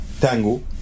tango